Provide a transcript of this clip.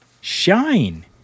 shine